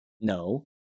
No